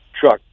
truck